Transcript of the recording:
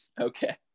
Okay